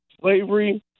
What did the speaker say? slavery